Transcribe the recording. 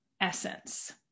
essence